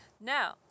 Now